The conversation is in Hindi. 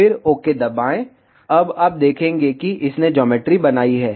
फिर ओके दबाएं अब आप देखें कि इसने ज्योमेट्री बनाई है